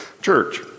church